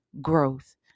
growth